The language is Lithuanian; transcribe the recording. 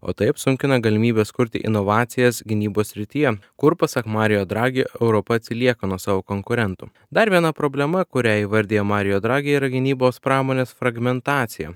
o tai apsunkina galimybes kurti inovacijas gynybos srityje kur pasak mario dragi europa atsilieka nuo savo konkurentų dar viena problema kurią įvardija marijo dragi yra gynybos pramonės fragmentacija